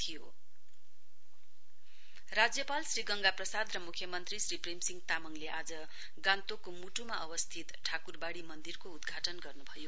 Thakurbari inauguration राज्यपाल श्री गंगा प्रसाद र मुख्यमन्त्री श्री प्रेमसिंह तामङले आज गान्तोकको मुटुमा अवस्थित ठाकुरवाड़ी मन्दिरको उद्घाटन गर्नुभयो